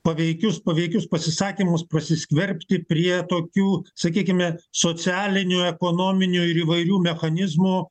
paveikius paveikius pasisakymus prasiskverbti prie tokių sakykime socialinių ekonominių ir įvairių mechanizmų